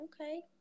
Okay